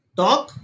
talk